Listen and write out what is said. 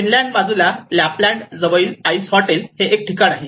Finland बाजूला Lapland जवळील 'ice hotel एक ठिकाण आहे